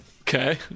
Okay